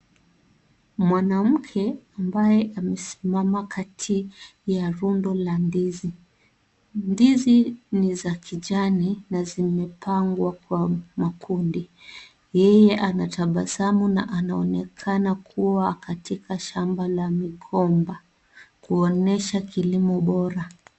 Mwanamke ambaye amesimama katikati ya rundo la ndizi. Ndizi ni za kijani na zimepangwa kwa makundi. Yeye anatabasamu na anaonekana kuwa katika shamba la migomba kuonyesha kilimo bora.